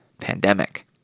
pandemic